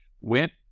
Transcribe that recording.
Went